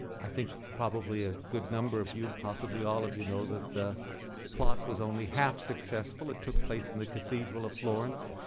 i think probably a good number of you, possibly all of you, know that the plot was only half successful. it took place in the cathedral of florence,